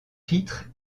pitre